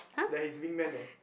there his wing man leh